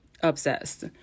obsessed